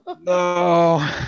No